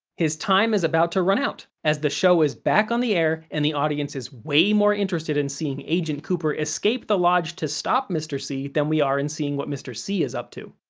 his time is about to run out, as the show is back on the air and the audience is way more interested in seeing agent cooper escape the lodge to stop mr. c than we are in seeing what mr. c is up to.